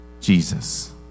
Jesus